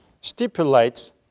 stipulates